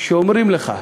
אומרים לך: